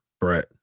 Brett